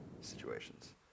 situations